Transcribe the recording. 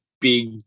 big